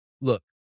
Look